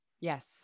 Yes